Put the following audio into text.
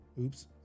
Oops